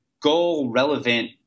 goal-relevant